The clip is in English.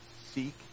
Seek